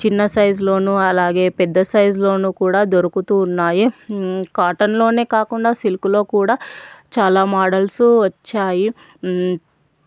చిన్న సైజులోనూ అలాగే పెద్ద సైజులోనూ కూడా దొరుకుతూ ఉన్నాయి కాటన్లోనే కాకుండా సిల్క్లో కూడా చాలా మోడల్స్ వచ్చాయి